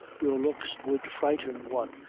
your looks would frighten one,